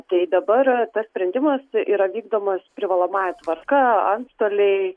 tai dabar tas sprendimas yra vykdomas privalomąja tvarka antstoliai